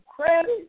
credit